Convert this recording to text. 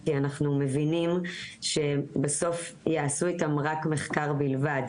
כי אנחנו מבינים שבסוף יעשו איתם רק מחקר בלבד.